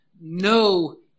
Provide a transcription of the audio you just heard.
no